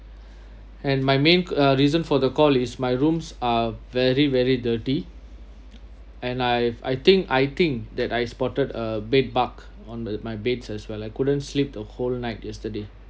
and my main reason for the call is my rooms are very very dirty and l I think I think that I spotted a bed bug on my beds as well I couldn't sleep the whole night yesterday